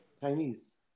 Chinese